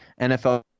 NFL